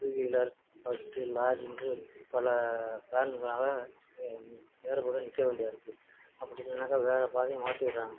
two wheeler bus lorry என்று பல காரணங்களால் நிற்க வேண்டியாக இருக்குது அப்படி நின்றாக்கா வேறு பாதைய மாற்றி விடறாங்க